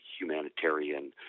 humanitarian